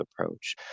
approach